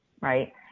Right